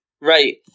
Right